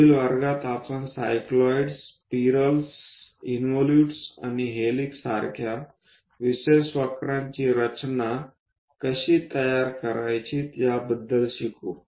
पुढील वर्गात आपण सायक्लॉईड्स स्पायरल्स इनव्हल्यूट्स आणि हेलिक्स सारख्या विशेष वक्रांची रचना कशी तयार करावी याबद्दल शिकू